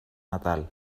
natal